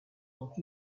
ont